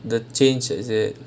the change is it